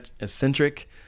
eccentric